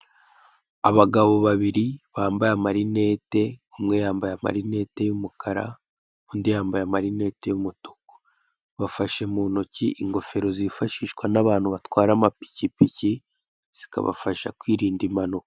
Abagabo babiri bambaye marinete umwe yambaye marinete y'umukara undi yambaye marineti y'umutuku, bafashe mu ntoki ingofero zifashishwa n'abantu batwara amapikipiki zikabafasha kwirinda impanuka.